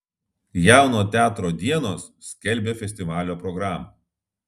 jauno teatro dienos skelbia festivalio programą